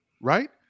right